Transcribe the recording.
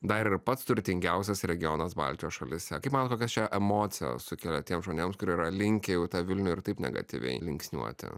dar ir pats turtingiausias regionas baltijos šalyse kaip manot kokias čia emocijas sukelia tiems žmonėms kurie yra linkę jau tą vilnių ir taip negatyviai linksniuoti